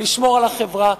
לשמור על החברה.